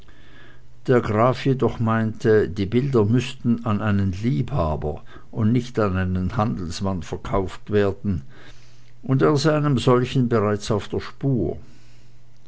der graf jedoch meinte die bilder müßten an einen liebhaber und nicht an einen handelsmann verkauft werden und er sei einem solchen bereits auf der spur